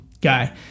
guy